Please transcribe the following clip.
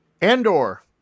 Andor